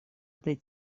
этой